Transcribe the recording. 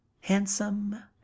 handsome